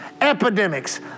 epidemics